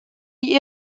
die